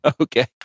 Okay